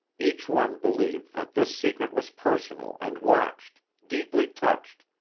each one believed that this secret was personal and watched, deeply touched,